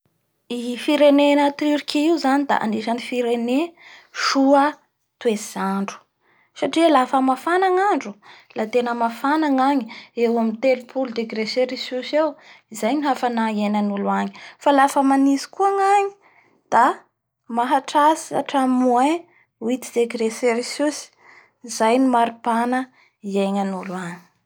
I firenena Turkie io zany da anisan'ny firenena soa toetrandro satria lafa mafan gnandro la tena mafan gnany eo amin'ny telopolo degré cericus eo izay ny hafana iainan'olo agny fa lafa mlanintsy koa ny agny da mahatratsy hatramin'ny <> moins huite degré cericus ny maripahana iainan'olo agny.